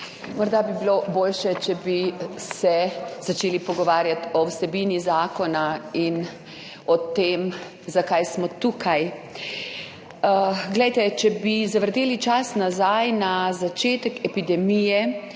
Morda bi bilo boljše, če bi se začeli pogovarjati o vsebini zakona in o tem, zakaj smo tukaj. Če bi zavrteli čas nazaj na začetek epidemije,